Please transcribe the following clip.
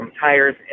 tires